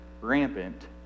rampant